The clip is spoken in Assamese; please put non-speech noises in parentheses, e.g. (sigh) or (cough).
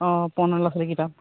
অঁ (unintelligible) ল'ৰা ছোৱালীৰ কিতাপ